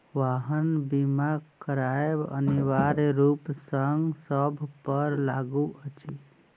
वाहन बीमा करायब अनिवार्य रूप सॅ सभ पर लागू अछि